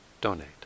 donate